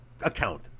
Account